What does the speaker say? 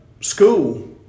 School